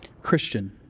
Christian